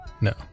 no